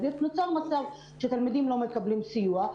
נוצר מצב שהתלמידים לא מקבלים סיוע,